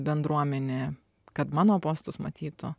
bendruomenė kad mano postus matytų